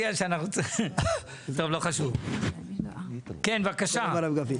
כן, בבקשה.